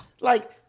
Like-